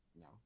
No